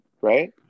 right